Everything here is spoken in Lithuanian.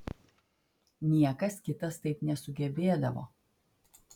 niekas kitas taip nesugebėdavo